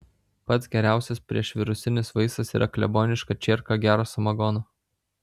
pats geriausias priešvirusinis vaistas yra kleboniška čierka gero samagono